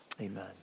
Amen